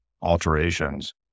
alterations